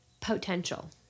potential